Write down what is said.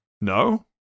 No